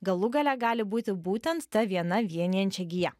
galų gale gali būti būtent ta viena vienijančia gija